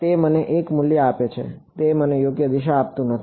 તે મને એક મૂલ્ય આપે છે તે મને યોગ્ય દિશા આપતું નથી